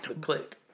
click